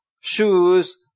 shoes